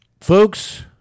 Folks